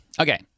Okay